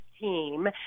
team